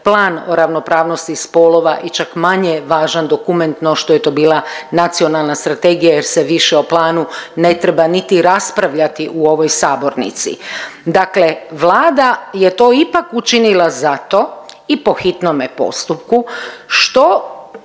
Plan o ravnopravnosti spolova i čak manje važan dokument no što je to bila nacionalna strategija jer se više o planu ne treba niti raspravljati u ovoj sabornici. Dakle Vlada je to ipak učinila zato i po hitnome postupku što